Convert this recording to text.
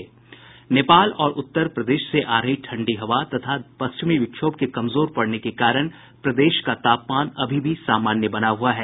नेपाल और उत्तरप्रदेश से आ रही ठंडी हवा और पश्चिमी विक्षोभ के कमजोर पड़ने के कारण प्रदेश का तापमान अभी भी सामान्य बना हुआ है